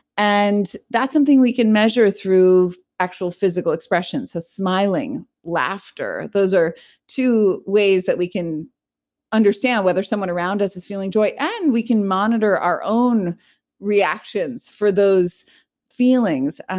and that's something we can measure through actual physical expression. so smiling, laughter those are two ways that we can understand whether someone around us is feeling joy and we can monitor our own reactions for those feelings.